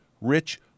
rich